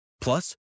Plus